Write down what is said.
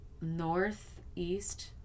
northeast